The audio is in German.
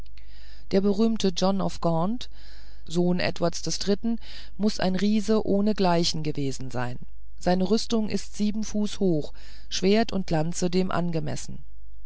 der berühmte john of gaunt sohn eduards des dritten muß ein riese ohnegleichen gewesen sein seine rüstung ist sieben fuß hoch schwert und lanze dem angemessen